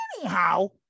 Anyhow